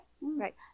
Right